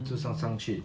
就上上去